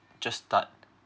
just start